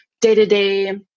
day-to-day